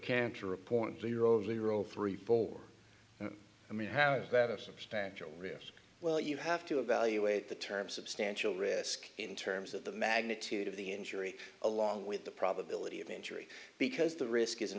cancer a point zero zero three bore i mean how is that a substantial risk well you have to evaluate the term substantial risk in terms of the magnitude of the injury along with the probability of injury because the risk is an